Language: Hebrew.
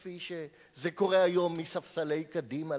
כפי שזה קורה היום מספסלי קדימה,